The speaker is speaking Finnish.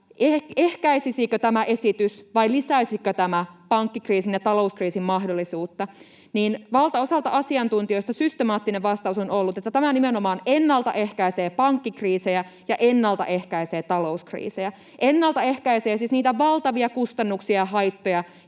ehkäisisikö vai lisäisikö tämä esitys pankkikriisin ja talouskriisin mahdollisuutta, niin valtaosalta asiantuntijoista systemaattinen vastaus on ollut, että tämä nimenomaan ennaltaehkäisee pankkikriisejä ja ennaltaehkäisee talouskriisejä — ennaltaehkäisee siis niitä valtavia kustannuksia ja haittoja,